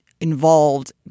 involved